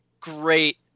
great